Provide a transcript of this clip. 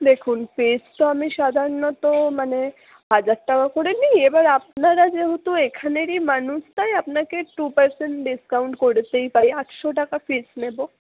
দেখুন ফিজ তো আমি সাধারণত মানে হাজার টাকা করে নিই এবার আপনারা যেহেতু এখানেরই মানুষ তাই আপনাকে টু পারসেন্ট ডিস্কাউন্ট করতেই পারি আটশো টাকা ফিজ নেব